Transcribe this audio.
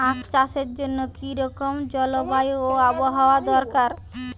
আখ চাষের জন্য কি রকম জলবায়ু ও আবহাওয়া দরকার?